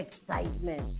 excitement